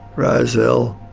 rozelle,